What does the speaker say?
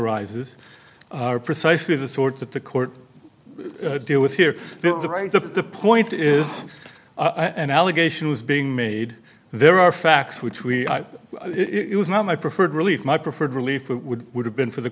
rises are precisely the sort that the court to deal with here the right to the point is an allegation was being made there are facts which we it was not my preferred relief my preferred relief would would have been for the